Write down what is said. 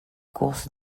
courses